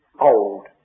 old